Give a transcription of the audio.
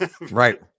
Right